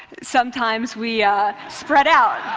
sometimes we spread out.